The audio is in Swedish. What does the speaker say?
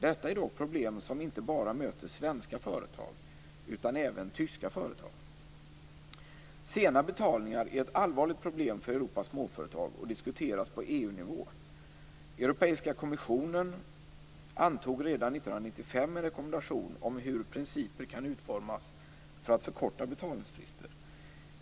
Detta är problem som inte bara möter svenska företag utan även tyska företag. Sena betalningar är ett allvarligt problem för Europas småföretag och diskuteras på EU-nivå. Europeiska kommissionen antog redan 1995 en rekommendation om hur principer kan utformas för att förkorta betalningsfrister.